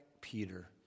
Peter